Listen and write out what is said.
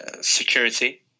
security